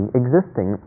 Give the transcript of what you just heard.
existing